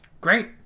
Great